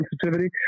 sensitivity